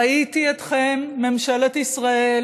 ראיתי אתכם, ממשלת ישראל,